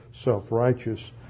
self-righteous